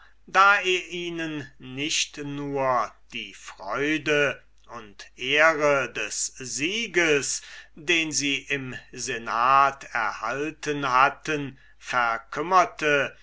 da er ihnen nicht nur die freude und ehre des sieges den sie im senat erhalten hatten verkümmerte